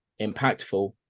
impactful